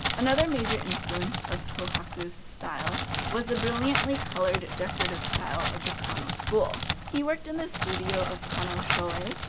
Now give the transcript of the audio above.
another major influence of tohaku's style was the brilliantly colored, decorative style of the kano school. he worked in the studio of kano shoei,